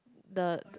the